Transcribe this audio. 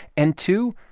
and two,